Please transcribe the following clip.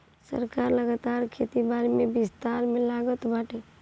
सरकार लगातार खेती बारी के विस्तार में लागल बाटे